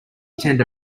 attend